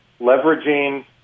leveraging